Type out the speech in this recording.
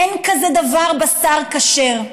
אין כזה דבר בשר כשר.